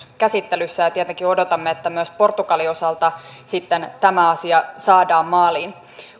käsittelyssä ja tietenkin odotamme että myös portugalin osalta sitten tämä asia saadaan maaliin